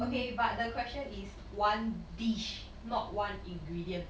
okay but the question is one dish not one ingredient